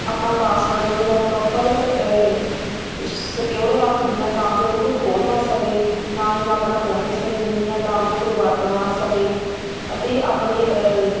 ਆਪਣਾ ਪਾਸਵਰਡ ਨੂੰ ਮੈਂ ਪ੍ਰੋਪਰ ਸਿਕਿਓਰ ਰੱਖਦੀ ਹਾਂ ਤਾਂ ਜੋ ਉਹਨੂੰ ਕੋਈ ਖੋਲ੍ਹ ਨਾ ਸਕੇ ਨਾ ਹੀ ਮੈਂ ਆਪਣਾ ਫੋਨ ਕਿਸੇ ਨੂੰ ਦਿੰਦੀ ਹਾਂ ਤਾਂ ਜੋ ਕੋਈ ਵਰਤ ਨਾ ਸਕੇ ਅਤੇ ਆਪਣੇ